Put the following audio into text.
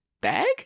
bag